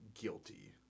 Guilty